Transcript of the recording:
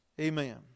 Amen